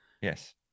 Yes